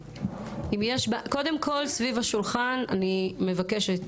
קודם כל סביב השולחן אני מבקשת